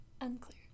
Unclear